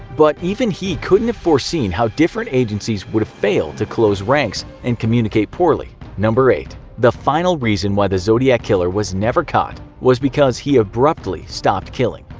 but even he couldn't have foreseen how different agencies would fail to close ranks and communicate poorly. number eight the final reason why the zodiac killer was never caught was because he abruptly stopped killing.